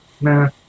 Nah